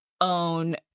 own